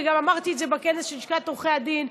וגם אמרתי את זה בכנס של לשכת עורכי הדין,